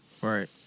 Right